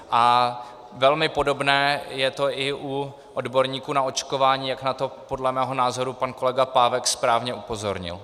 A velmi podobné je to i u odborníků na očkování, jak na to podle mého názoru pan kolega Pávek správně upozornil.